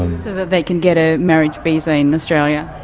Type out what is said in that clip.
and so that they can get ah marriage visa in australia?